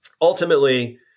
ultimately